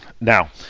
now